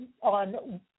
on